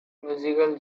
musical